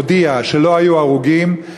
מודיע שלא היו הרוגים,